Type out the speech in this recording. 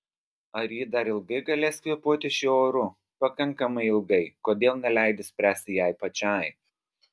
ar ji dar ilgai galės kvėpuoti šiuo oru pakankamai ilgai kodėl neleidi spręsti jai pačiai